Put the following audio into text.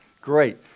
Great